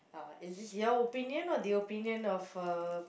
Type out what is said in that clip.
uh is this your opinion or the opinion of a